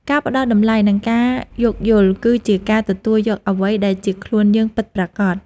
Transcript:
ការផ្ដល់តម្លៃ និងការយោគយល់ គឺជាការទទួលយកអ្វីដែលជាខ្លួនយើងពិតប្រាកដ។